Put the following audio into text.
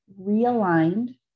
realigned